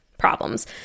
problems